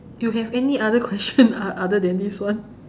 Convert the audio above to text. you have any other question other than this one